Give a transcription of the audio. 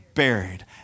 Buried